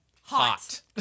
hot